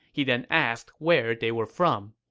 he then asked where they were from